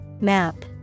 Map